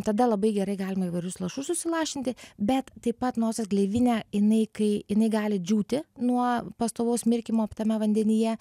tada labai gerai galima įvairius lašus susilašinti bet taip pat nosies gleivinė jinai kai jinai gali džiūti nuo pastovaus mirkymo tame vandenyje